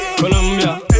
Colombia